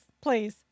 please